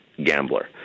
gambler